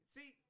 See